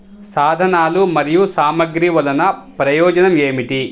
సాధనాలు మరియు సామగ్రి వల్లన ప్రయోజనం ఏమిటీ?